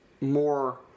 more